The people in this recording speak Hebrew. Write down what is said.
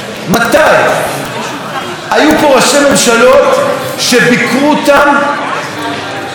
היו פה ראשי ממשלות שביקרו אותם לא פחות משביקרו את נתניהו.